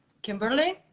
Kimberly